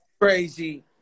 crazy